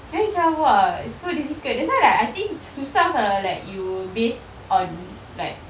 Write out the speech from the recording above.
then macam !wah! so difficult that's why like I think susah kalau like you based on like